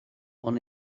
ond